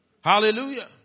Hallelujah